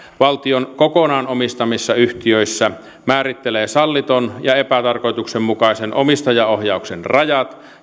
valtion kokonaan omistamissa yhtiöissä määrittelee sallitun ja epätarkoituksenmukaisen omistajaohjauksen rajat